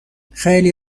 خیلی